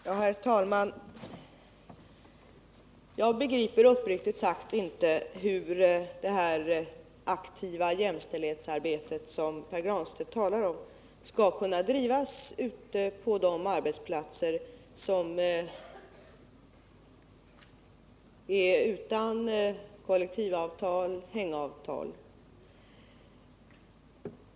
Herr talman! Jag begriper uppriktigt sagt inte hur det aktiva jämställdhetsarbetet som Pär Granstedt talar om skall kunna drivas ute på de arbetsplatser som saknar avtal.